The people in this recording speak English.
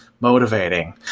motivating